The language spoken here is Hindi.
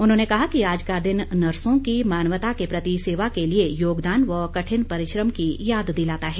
उन्होंने कहा कि आज का दिन नर्सों की मानवता के प्रति सेवा के लिए योगदान व कठिन परिश्रम की याद दिलाता है